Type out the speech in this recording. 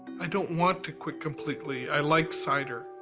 i don't want to quit completely. i like cider.